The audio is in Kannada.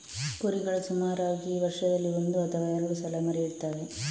ಕುರಿಗಳು ಸುಮಾರಾಗಿ ವರ್ಷದಲ್ಲಿ ಒಂದು ಅಥವಾ ಎರಡು ಸಲ ಮರಿ ಇಡ್ತವೆ